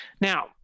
Now